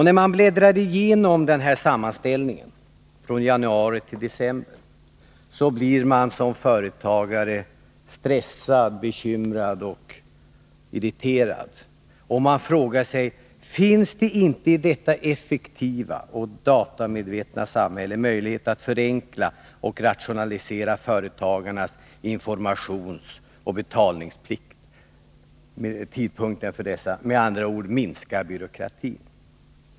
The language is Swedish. När man bläddrar igenom den sammanställningen från januari till december blir man som företagare stressad, bekymrad och irriterad. Man frågar sig: Finns det inte i detta effektiva och datamedvetna samhälle möjlighet att förenkla och rationalisera företagarnas informationsoch betalningsplikt — med andra ord minska byråkratin?